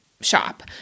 shop